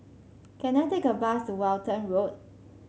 can I take a bus to Walton Road